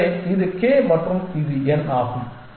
எனவே இது k மற்றும் இது n ஆகும்